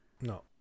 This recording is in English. No